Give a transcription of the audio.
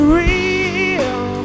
real